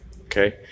Okay